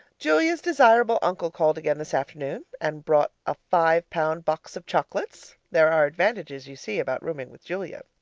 julia's desirable uncle called again this afternoon and brought a five-pound box of chocolates. there are advantages, you see, about rooming with julia.